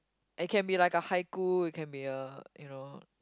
it can be like a haiku it can be a you know